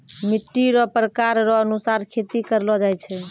मिट्टी रो प्रकार रो अनुसार खेती करलो जाय छै